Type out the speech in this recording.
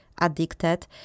addicted